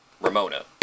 Ramona